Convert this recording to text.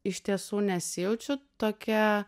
iš tiesų nesijaučiu tokia